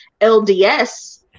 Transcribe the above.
LDS